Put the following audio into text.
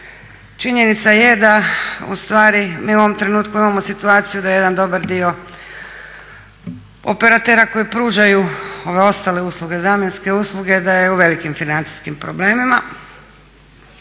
Činjenica je da ustvari mi u ovom trenutku imamo situaciju da jedan dobar dio operatera koji pružaju ove ostale usluge, zamjenske usluge da je u velikim financijskim problemima,